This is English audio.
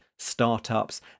Startups